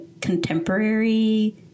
contemporary